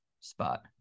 spot